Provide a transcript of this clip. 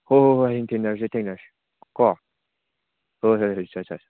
ꯍꯣꯏ ꯍꯣꯏ ꯍꯣꯏ ꯍꯌꯦꯡ ꯊꯦꯡꯅꯔꯁꯦ ꯊꯦꯡꯅꯔꯁꯦ ꯀꯣ ꯍꯣꯏ ꯍꯣꯏ ꯍꯣꯏ ꯆꯠꯁꯦ ꯆꯠꯁꯦ